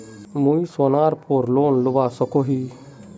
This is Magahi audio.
मुई सोनार पोर लोन लुबा सकोहो ही?